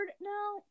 no